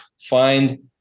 find